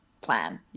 plan